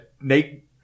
Nate